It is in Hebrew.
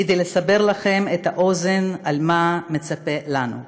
כדי לסבר לכם את האוזן על מה שמצפה לנו.